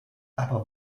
aber